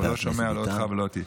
הוא לא שומע, לא אותך ולא אותי.